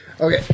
Okay